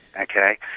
okay